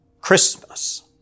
Christmas